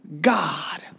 God